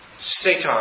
Satan